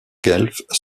guelfes